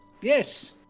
Yes